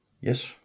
yes